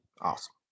Awesome